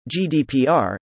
GDPR